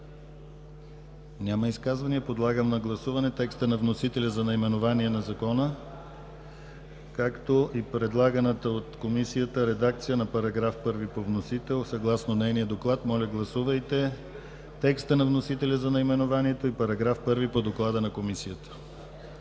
Няма изказвания. Подлагам на гласуване текста на вносителя за наименованието на Закона, както и предлаганата от Комисията редакция на § 1 по вносител, съгласно нейния доклад. Моля, гласувайте текста на вносителя за наименованието и § 1 по доклада на Комисията.